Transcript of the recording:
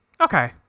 Okay